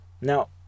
Now